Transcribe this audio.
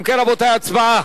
אם כן, רבותי, הצבעה.